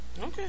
Okay